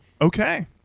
Okay